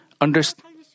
understand